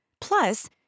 Plus